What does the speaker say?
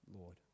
Lord